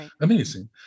Amazing